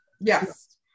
Yes